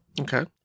Okay